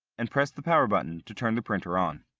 and press the power button to turn the printer on.